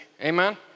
Amen